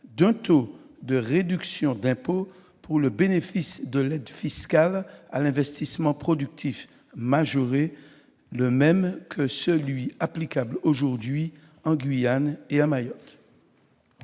d'un taux de réduction d'impôt majoré pour le bénéfice de l'aide fiscale à l'investissement productif, le même que celui qui est applicable aujourd'hui en Guyane et à Mayotte.